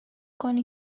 کنی